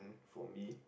for me